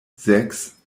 sechs